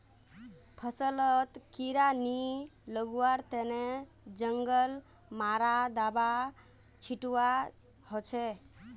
फसलत कीड़ा नी लगवार तने जंगल मारा दाबा छिटवा हछेक